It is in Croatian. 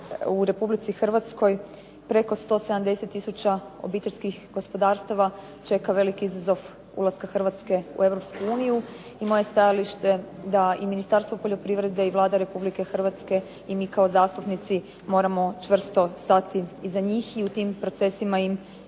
u Republici Hrvatskoj preko 170 tisuća obiteljskih gospodarstva čeka veliki izazov ulaska Hrvatske u Europsku uniju. I moje stajalište da Ministarstvo poljoprivrede i Vlada Republike Hrvatske i mi kao zastupnici moramo čvrsto stati iza njih i u tim procesima im